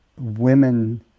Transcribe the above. women